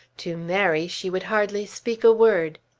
to mary she would hardly speak a word.